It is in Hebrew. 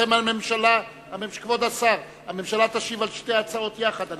לכן הממשלה תשיב על שתי ההצעות יחד.